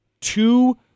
Two